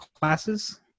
classes